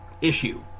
issue